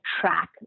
track